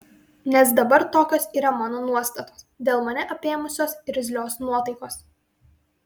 nes dabar tokios yra mano nuostatos dėl mane apėmusios irzlios nuotaikos